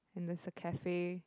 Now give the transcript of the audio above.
and there's a cafe